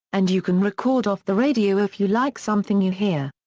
and you can record off the radio if you like something you hear.